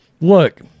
Look